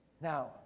Now